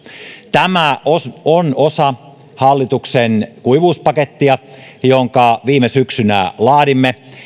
tämä on osa hallituksen kuivuuspakettia jonka viime syksynä laadimme